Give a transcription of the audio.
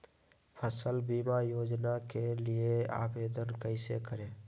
फसल बीमा योजना के लिए आवेदन कैसे करें?